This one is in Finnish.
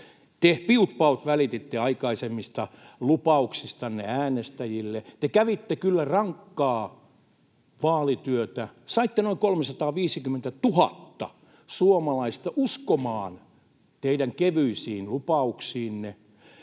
Te piut paut välititte aikaisemmista lupauksistanne äänestäjille. Te kävitte kyllä rankkaa vaalityötä, saitte noin 350 000 suomalaista uskomaan teidän kevyisiin lupauksiinne,